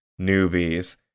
newbies